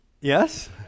Yes